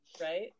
Right